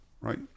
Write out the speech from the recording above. right